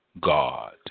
God